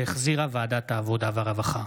שהחזירה ועדת העבודה והרווחה.